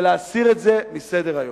ולהסיר את זה מסדר-היום.